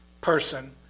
person